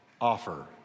offer